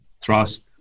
trust